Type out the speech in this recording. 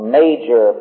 major